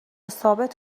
ثابت